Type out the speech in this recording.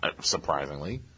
surprisingly